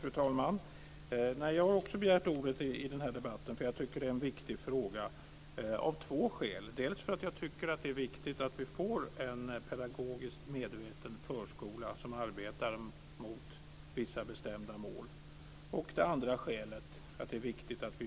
Fru talman! Jag har också begärt ordet i denna debatt eftersom det är en viktig fråga. Det är av två skäl, dels för att det är viktigt att vi får en pedagogiskt medveten förskola som arbetar mot vissa bestämda mål, dels att det är viktigt att det